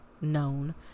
known